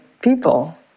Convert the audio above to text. People